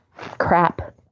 Crap